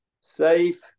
safe